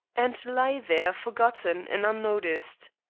and lie there forgotten and unnoticed.